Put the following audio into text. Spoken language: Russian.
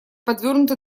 подвёрнуты